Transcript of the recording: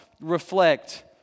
reflect